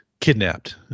Kidnapped